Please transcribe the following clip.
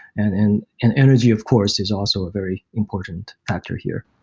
and and and energy, of course, is also a very important factor here.